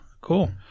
Cool